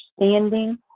understanding